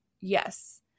yes